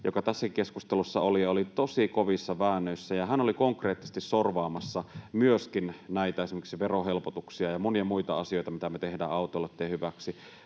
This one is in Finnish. joka tässä keskustelussa oli tosi kovissa väännöissä. Hän oli konkreettisesti sorvaamassa myöskin esimerkiksi näitä verohelpotuksia ja monia muita asioita, mitä me tehdään autoilijoitten hyväksi.